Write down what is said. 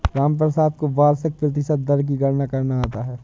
रामप्रसाद को वार्षिक प्रतिशत दर की गणना करना आता है